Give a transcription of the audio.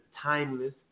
timeless